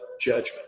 judgment